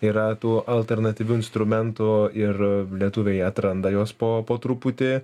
yra tų alternatyvių instrumentų ir lietuviai atranda juos po po truputį